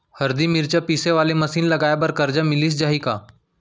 हरदी, मिरचा पीसे वाले मशीन लगाए बर करजा मिलिस जाही का?